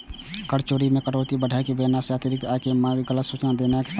कर चोरी मे कटौती कें बढ़ाय के बतेनाय, अतिरिक्त आय के मादे गलत सूचना देनाय शामिल छै